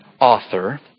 author